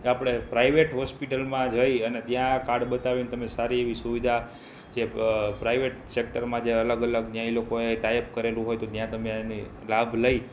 આપણે પ્રાઈવેટ હોસ્પિટલમાં જઈ અને ત્યાં કાર્ડ બતાવીને તમે સારી એવી સુવિધા જે પ્રાઈવેટ સેક્ટરમાં જે અલગ અલગ ન્યાય લોકોએ ટાઈપ કરેલું હોય ત્યાં તમે એની લાભ લઈ